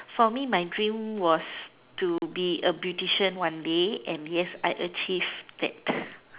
for me my dream was to be a beautician one day and yes I achieved that